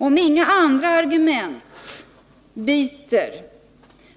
Om inga andra argument biter